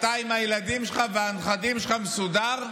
אתה עם הילדים והנכדים שלך מסודר.